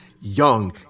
young